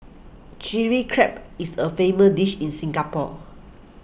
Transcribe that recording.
Chilli Crab is a famous dish in Singapore